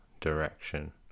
direction